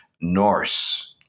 Norse